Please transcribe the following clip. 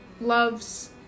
loves